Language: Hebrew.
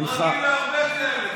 הוא רגיל להרבה כאלה.